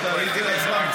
או שתעלי את זה להצבעה,